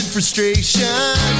frustration